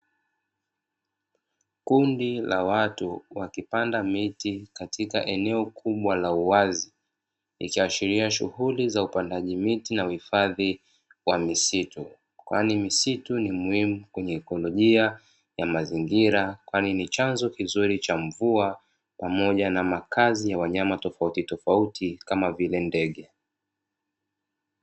Kundi la watu wakipanda miti katika eneo kubwa la uwazi ikiashiria shughuli za upandaji miti na uhifadhi wa misitu, kwani misitu ni muhimu kwenye ikolojia ya mazingira kwani ni chanzo kizuri cha mvua pamoja na makazi ya wanyama tofautitofauti kama vile ndege.